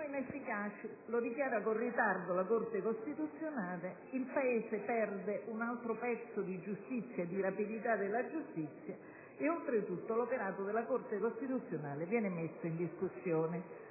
sono inefficaci. Lo dichiara con ritardo la Corte costituzionale. Il Paese perde un altro pezzo di giustizia e di rapidità della giustizia e, oltre tutto, l'operato della Corte costituzionale viene messo in discussione.